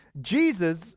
Jesus